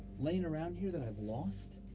laying around here that i've lost?